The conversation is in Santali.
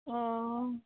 ᱚᱻ